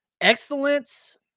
excellence